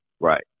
Right